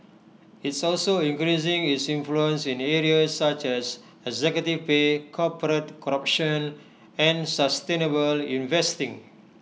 it's also increasing its influence in areas such as executive pay corporate corruption and sustainable investing